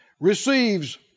Receives